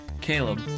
Caleb